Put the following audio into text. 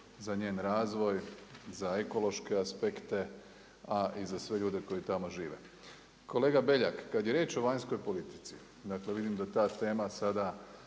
za njen razvoj, za ekološke aspekte, a i za sve ljude koji tamo žive. Kolega Beljak, kada je riječ o vanjskoj politici, dakle vidim da ta tema sada